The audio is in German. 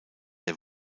der